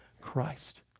Christ